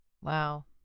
Wow